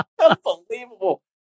Unbelievable